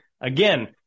again